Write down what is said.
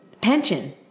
Pension